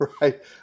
right